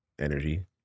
energy